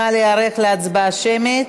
נא להיערך להצבעה שמית.